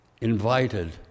invited